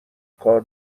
کار